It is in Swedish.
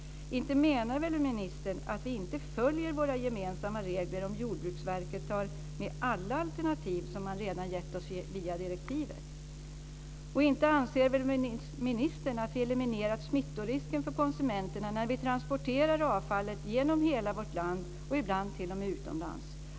Inte menar väl ministern att vi inte följer våra gemensamma regler om Jordbruksverket tar med alla alternativ som man redan gett oss via direktivet? Inte anser väl ministern att vi eliminerar smittorisken för konsumenterna när vi transporterar avfallet genom hela vårt land och ibland t.o.m. utomlands?